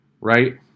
right